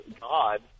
God